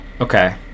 Okay